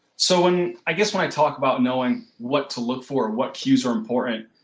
so, and i guess when i talk about knowing what to look for, what cues are important,